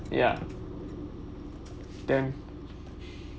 ya then